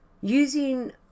Using